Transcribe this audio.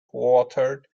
authored